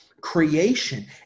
creation